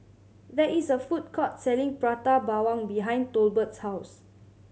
there is a food court selling Prata Bawang behind Tolbert's house